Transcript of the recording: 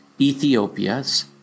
Ethiopia's